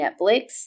Netflix